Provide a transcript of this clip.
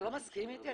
אתה לא מסכים איתי?